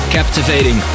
Captivating